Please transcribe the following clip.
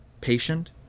patient